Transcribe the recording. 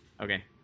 Okay